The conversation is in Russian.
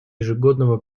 ежегодного